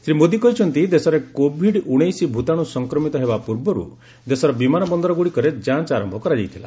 ଶ୍ରୀ ମୋଦି କହିଛନ୍ତି ଦେଶରେ covid nineteen ଭୂତାଣୁ ସଂକ୍ରମିତ ହେବା ପୂର୍ବରୁ ଦେଶର ବିମାନ ବନ୍ଦରଗୁଡ଼ିକରେ ଯାଞ୍ଚ ଆରମ୍ଭ କରାଯାଇଥିଲା